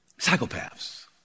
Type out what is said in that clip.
psychopaths